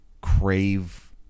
crave